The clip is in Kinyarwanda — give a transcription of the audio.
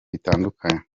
bitandukanye